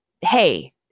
hey